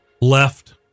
left